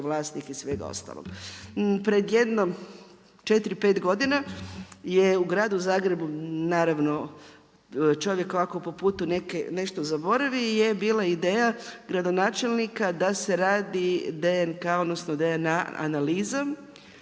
vlasnik i svega ostalog. Pred jedno 4, 5 godina je u Gradu Zagrebu, čovjek ovako po putu nešto zaboravi, je bila ideja gradonačelnika da se radi DNK, odnosno DNA analiza,